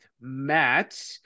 Matt